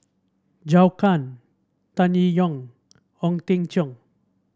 Zhou Can Tan Yee Hong Ong Teng Cheong